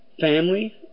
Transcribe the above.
family